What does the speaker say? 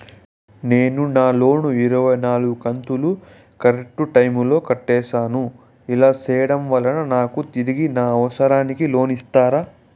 నేను నా లోను ఇరవై నాలుగు కంతులు కరెక్టు టైము లో కట్టేసాను, అలా సేయడం వలన నాకు తిరిగి నా అవసరానికి లోను ఇస్తారా?